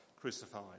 crucified